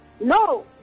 No